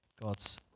God's